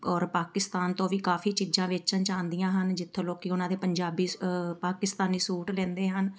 ਔਰ ਪਾਕਿਸਤਾਨ ਤੋਂ ਵੀ ਕਾਫ਼ੀ ਚੀਜ਼ਾਂ ਵੇਚਣ 'ਚ ਆਉਂਦੀਆਂ ਹਨ ਜਿੱਥੋਂ ਲੋਕ ਉਹਨਾਂ ਦੇ ਪੰਜਾਬੀ ਪਾਕਿਸਤਾਨੀ ਸੂਟ ਲੈਂਦੇ ਹਨ